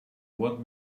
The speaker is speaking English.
want